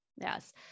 Yes